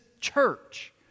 church